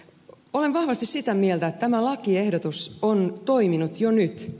palo nosti sitä mieltä että mä suojelulle on toiminut jo nyt